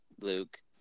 Luke